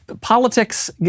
Politics